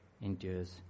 endures